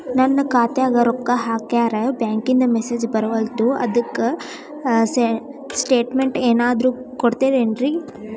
ನನ್ ಖಾತ್ಯಾಗ ರೊಕ್ಕಾ ಹಾಕ್ಯಾರ ಬ್ಯಾಂಕಿಂದ ಮೆಸೇಜ್ ಬರವಲ್ದು ಅದ್ಕ ಸ್ಟೇಟ್ಮೆಂಟ್ ಏನಾದ್ರು ಕೊಡ್ತೇರೆನ್ರಿ?